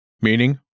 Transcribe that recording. Meaning